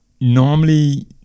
normally